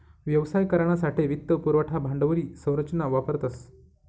व्यवसाय करानासाठे वित्त पुरवठा भांडवली संरचना वापरतस